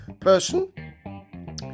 person